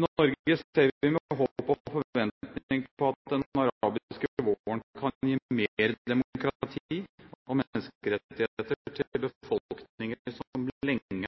I Norge ser vi med håp og forventning på at den arabiske våren kan gi mer demokrati og menneskerettigheter til befolkninger som lenge